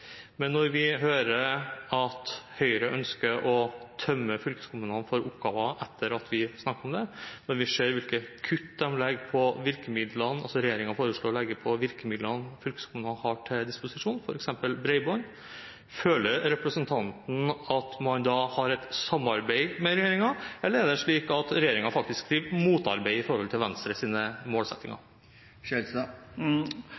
Men når vi hører at Høyre ønsker å tømme fylkeskommunene for oppgaver – etter at vi har snakket om det – når vi ser hvilke kutt regjeringen foreslår når det gjelder de virkemidlene fylkeskommunene har til disposisjon, f.eks. knyttet til bredbånd, føler representanten at man da har et samarbeid med regjeringen, eller er det slik at regjeringen motarbeider Venstres målsettinger? Etter å ha sittet i